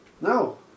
No